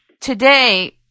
Today